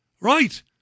Right